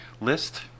list